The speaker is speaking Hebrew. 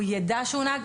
הוא יידע שהוא נהג.